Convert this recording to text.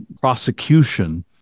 prosecution